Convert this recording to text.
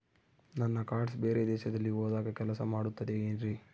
ನನ್ನ ಕಾರ್ಡ್ಸ್ ಬೇರೆ ದೇಶದಲ್ಲಿ ಹೋದಾಗ ಕೆಲಸ ಮಾಡುತ್ತದೆ ಏನ್ರಿ?